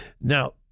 Now